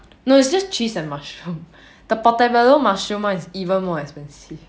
no it's just cheese and mushroom the portobello mushroom one is even more expensive